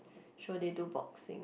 show they do boxing